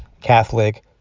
Catholic